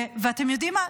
ואתם יודעים מה?